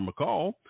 McCall